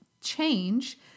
change